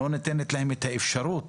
ולא ניתנת להם האפשרות